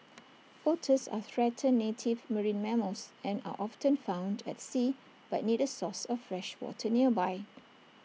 otters are threatened native marine mammals and are often found at sea but need A source of fresh water nearby